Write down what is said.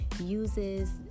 uses